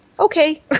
Okay